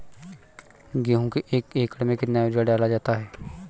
गेहूँ के एक एकड़ में कितना यूरिया डाला जाता है?